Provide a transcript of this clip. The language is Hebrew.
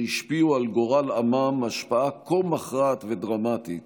השפיעו על גורל עמם השפעה כה מכרעת ודרמטית